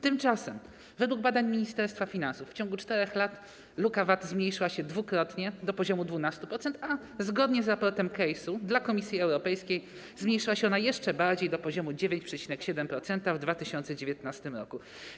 Tymczasem według badań Ministerstwa Finansów w ciągu 4 lat luka VAT zmniejszyła się dwukrotnie do poziomu 12%, a zgodnie z raportem CASE dla Komisji Europejskiej zmniejszyła się ona jeszcze bardziej, do poziomu 9,7% w 2019 r.